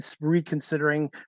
reconsidering